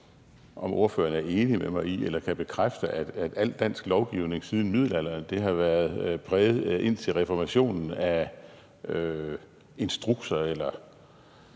om ordføreren er enig med mig i eller kan bekræfte, at al dansk lovgivning siden middelalderen og indtil reformationen har været præget